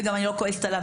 וגם אני לא כועסת עליו,